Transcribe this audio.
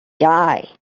die